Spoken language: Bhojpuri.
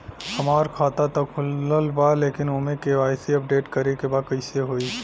हमार खाता ता खुलल बा लेकिन ओमे के.वाइ.सी अपडेट करे के बा कइसे होई?